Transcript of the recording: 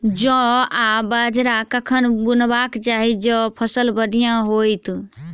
जौ आ बाजरा कखन बुनबाक चाहि जँ फसल बढ़िया होइत?